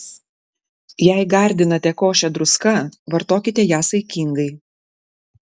jei gardinate košę druska vartokite ją saikingai